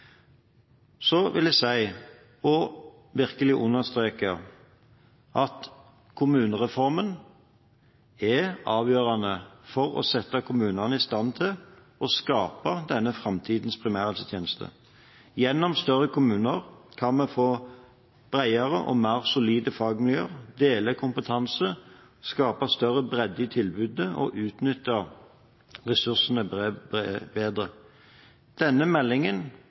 Så vil jeg si og virkelig understreke at kommunereformen er avgjørende for å sette kommunene i stand til å skape framtidens primærhelsetjeneste. Gjennom større kommuner kan vi få bredere og mer solide fagmiljøer, dele kompetanse, skape større bredde i tilbudet og utnytte ressursene bedre. Denne meldingen